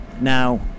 Now